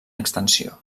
extensió